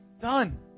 done